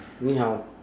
你好